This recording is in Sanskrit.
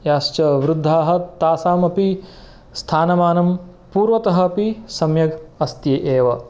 याश्च वृद्धाः तासामपि स्थानमानं पूर्वतः अपि सम्यक् अस्ति एव